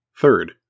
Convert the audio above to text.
Third